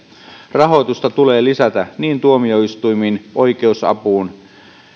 rahoitusta tulee lisätä niin tuomioistuimiin oikeusapuun